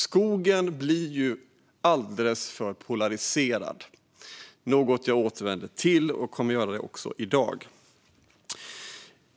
Skogen blir alldeles för polariserad, vilket är något jag brukar återkomma till och kommer att göra även i dag.